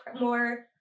more